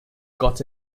got